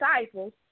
disciples